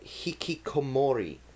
hikikomori